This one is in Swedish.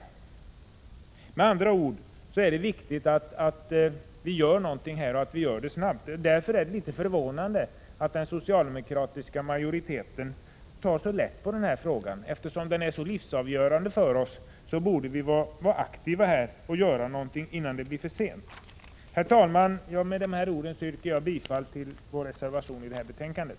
19 november 1986 Med andra ord är det viktigt att vi gör något — och gör det snart. Därförär HG det förvånande att den socialdemokratiska majoriteten tar så lätt på denna fråga som den gör. Eftersom frågan är livsavgörande för oss borde vi vara aktiva och göra någonting innan det är för sent. Herr talman! Med dessa ord yrkar jag bifall till vår reservation i betänkandet.